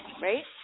right